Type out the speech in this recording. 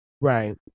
Right